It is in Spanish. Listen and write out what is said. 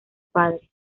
padre